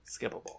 skippable